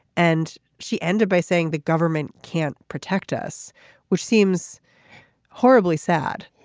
and she ended by saying the government can't protect us which seems horribly sad.